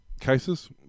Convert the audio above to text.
cases